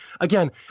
again